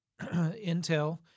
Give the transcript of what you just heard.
Intel